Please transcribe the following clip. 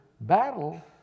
battle